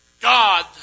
God